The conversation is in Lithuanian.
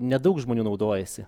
nedaug žmonių naudojasi